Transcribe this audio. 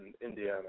Indiana